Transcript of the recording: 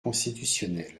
constitutionnelle